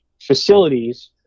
facilities